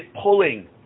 pulling